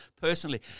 personally